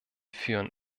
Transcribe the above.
führen